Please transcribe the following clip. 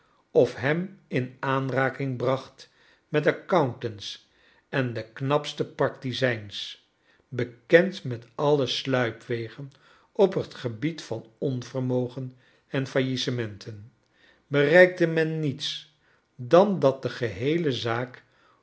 of hem in aanraking bracht met accountants en de knapste practicijns bekend met alle sluipwegen op het gebied van onvermogen en faillissementen bereikte men niets dan dat de geheele zaak